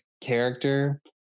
character